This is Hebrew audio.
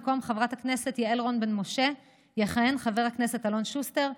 במקום חברת הכנסת יעל רון בן משה יכהן חבר הכנסת אלון שוסטר.